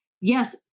Yes